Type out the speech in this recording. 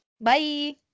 Bye